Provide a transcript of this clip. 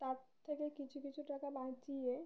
তার থেকে কিছু কিছু টাকা বাঁচিয়ে